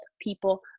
people